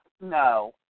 No